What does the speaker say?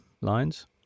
lines